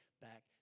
back